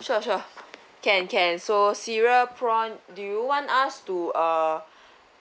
sure sure can can so cereal prawn do you want us to uh